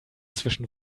zwischen